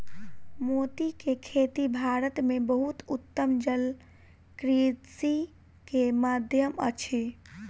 मोती के खेती भारत में बहुत उत्तम जलकृषि के माध्यम अछि